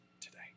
today